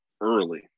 early